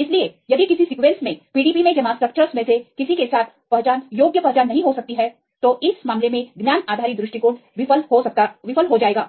इसलिए यदि किसी सीक्वेंस में PDB में जमा स्ट्रक्चर्स में से किसी के साथ पहचान योग्य पहचान नहीं हो सकती है तो इस मामले में ज्ञान आधारित दृष्टिकोण विफल हो जाएगा